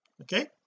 okay